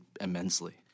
immensely